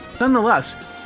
Nonetheless